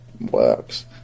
works